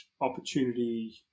opportunity